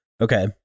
Okay